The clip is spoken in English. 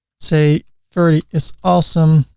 say ferdy is awesome.